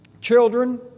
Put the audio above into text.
children